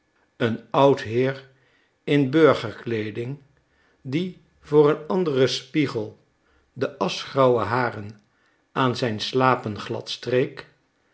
een oud heer in burgerkleeding die voor een anderen spiegel de aschgrauwe haren aan zijn slapen